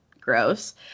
gross